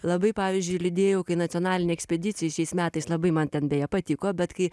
labai pavyzdžiui liūdėjau kai nacionalinė ekspedicija šiais metais labai man ten beje patiko bet kai